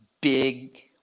big